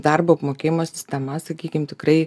darbo apmokėjimo sistema sakykim tikrai